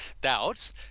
doubts